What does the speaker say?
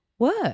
Work